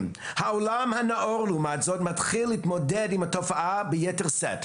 העולם הנאור מתחיל להתמודד עם התופעה ביתר שאת.